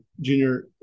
Junior